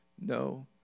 no